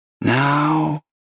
Now